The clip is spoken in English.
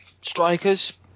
strikers